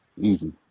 Easy